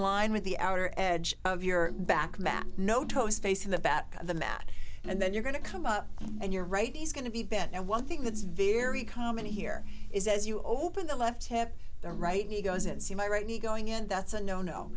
line with the outer edge of your back matt no toes facing the bat the mat and then you're going to come up and your right is going to be bent and one thing that's very common here is as you open the left hip the right knee goes in see my right knee going in that's a no no